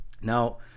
Now